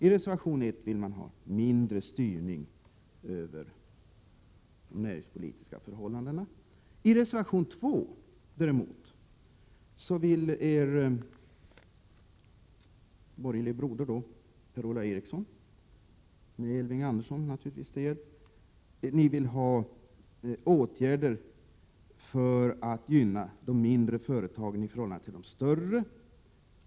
I reservation 1 förordas mindre styrning över de näringspolitiska förhållandena. I reservation 2 däremot yrkar er borgerlige broder Per-Ola Eriksson, med Elving Andersson till hjälp, på åtgärder för att gynna de mindre företagen i förhållande till de större.